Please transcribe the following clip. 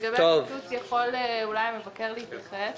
לגבי הקיצוץ, יכול אולי המבקר להתייחס.